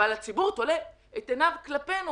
אבל הציבור תולה את עיניו כלפינו,